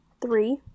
Three